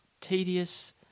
tedious